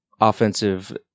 offensive